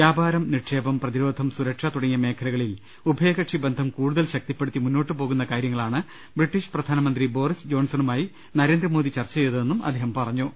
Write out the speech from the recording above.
വ്യാപാരം നിക്ഷേപം പ്രതിരോധം സുരക്ഷ തുടങ്ങിയ മേഖ ലകളിൽ ഉഭയകക്ഷി ബന്ധം കൂടുതൽ ശക്തിപ്പെടുത്തി മുന്നോട്ടുപോകുന്ന കാര്യ ങ്ങളാണ് ബ്രിട്ടീഷ് പ്രധാനമന്ത്രി ബോറിസ് ജോൺസണുമായി നരേന്ദ്രമോദി ചർച്ച ചെയ്തതെന്നും അദ്ദേഹം പറഞ്ഞു